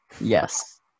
yes